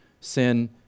sin